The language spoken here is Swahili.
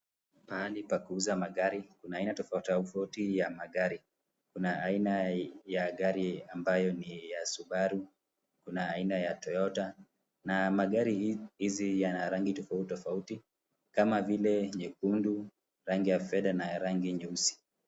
Pahali pa kuuza magari. Kuna aina tofauti tofauti ya magari. Kuna aina ya gari ambayo ni ya Subaru, kuna aina ya Toyota na magari hizi yana rangi tofauti tofauti, kama vile nyekundu, rangi ya fedha na rangi ya nyeusi.